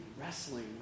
wrestling